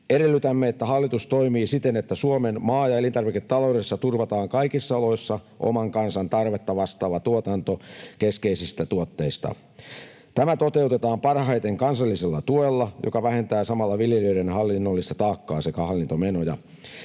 Edellytämme, että hallitus toimii siten, että Suomen maa- ja elintarviketaloudessa turvataan kaikissa oloissa oman kansan tarvetta vastaava tuotanto keskeisistä tuotteista. Tämä toteutetaan parhaiten kansallisella tuella, joka vähentää samalla viljelijöiden hallinnollista taakkaa sekä hallintomenoja.